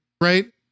right